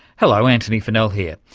hello, antony funnell here.